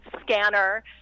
scanner